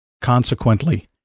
Consequently